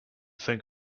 think